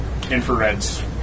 infrareds